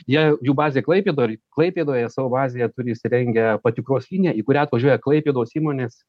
jie jų bazė klaipėdoj klaipėdoje savo bazėje turi įsirengę patikros liniją į kurią atvažiuoja klaipėdos įmonės